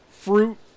fruit